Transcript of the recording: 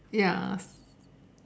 ya